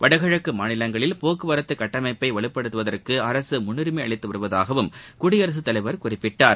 வடகிழக்கு மாநிலங்களில் போக்குவரத்து கட்டமைப்பை வலுப்படுத்துவதற்கு அரசு முன்னுரிமை அளித்து வருவதாகவும் குடியரசுத் தலைவர் குறிப்பிட்டார்